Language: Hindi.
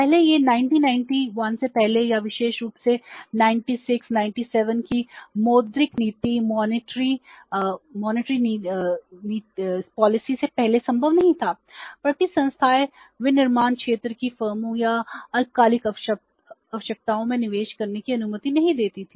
पहले यह 1991 से पहले या विशेष रूप से 96 97 की मौद्रिक नीति से पहले संभव नहीं था प्रति संस्थाएँ विनिर्माण क्षेत्र की फर्मों की अल्पकालिक आवश्यकताओं में निवेश करने की अनुमति नहीं देती थीं